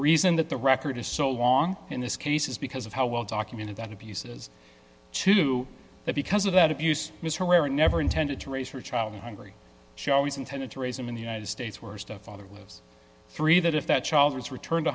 reason that the record is so long in this case is because of how well documented that abuses to that because of that abuse was herrera never intended to raise her child hungry she always intended to raise him in the united states worst of other lives three that if that child is returned to